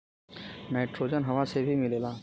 nitrogen हवा से भी मिलेला